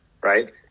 right